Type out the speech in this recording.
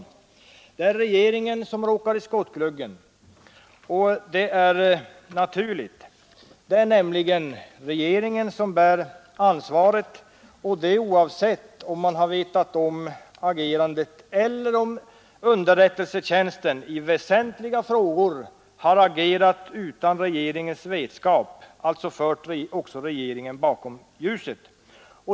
Det är regeringen som råkar i skottgluggen. Detta är naturligt, för det är regeringen som bär ansvaret, oavsett om underrättelsetjänsten i väsentliga frågor har agerat utan regeringens vetskap, dvs. fört regeringen bakom ljuset.